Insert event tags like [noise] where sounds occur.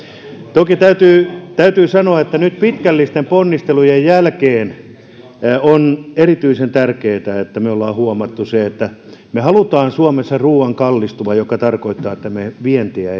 toki täytyy täytyy sanoa että nyt pitkällisten ponnistelujen jälkeen on erityisen tärkeätä että me olemme huomanneet sen että me haluamme suomessa ruoan kallistuvan mikä tarkoittaa että me edistämme vientiä [unintelligible]